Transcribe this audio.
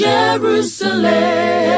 Jerusalem